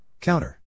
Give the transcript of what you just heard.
Counter